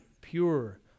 pure